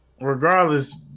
Regardless